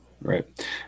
Right